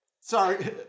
sorry